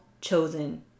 chosen